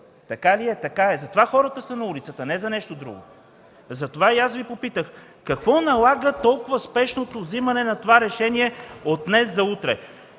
Така ли е? Така е. Затова хората са на улицата, а не за нещо друго. Затова и аз Ви попитах: какво налага толкова спешното взимане на това решение от днес за утре?